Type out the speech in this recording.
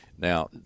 Now